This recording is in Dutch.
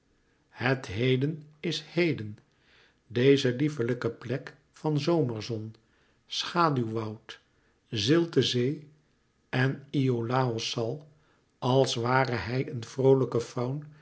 het heden is heden deze lieflijke plek van zomerzon schaduwwoud zilte zee en iolàos zal als ware hij een vroolijke faun